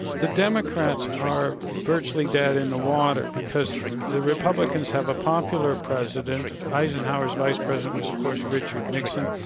the democrats are virtually dead in the water because the republicans have a popular president, eisenhower's vice president was of course richard nixon,